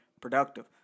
productive